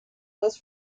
was